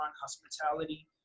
hospitality